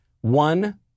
One